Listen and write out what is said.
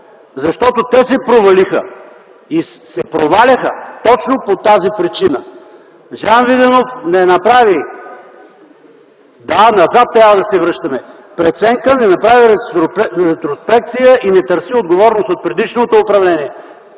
Защото те се провалиха и се проваляха точно по тази причина. Жан Виденов не направи ... (Шум и реплики.) Да, назад трябва да се връщаме. ... не направи преценка, не направи ретроспекция и не търси отговорност от предишното управление,